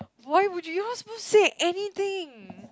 why would you you're not supposed to say anything